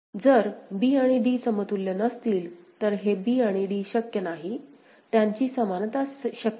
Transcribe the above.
जर b आणि d समतुल्य नसतील तर हे b आणि d शक्य नाही त्यांची समानता शक्य नाही